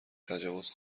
تجاوز